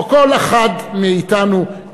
או כל אחד מאתנו,